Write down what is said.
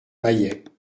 mayet